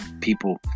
people